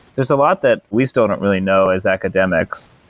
there's a lot that we still don't really know as academics.